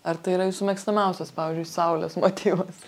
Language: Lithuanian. ar tai yra jūsų mėgstamiausias pavyzdžiui saulės motyvas